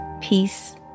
peace